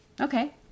Okay